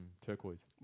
turquoise